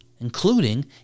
including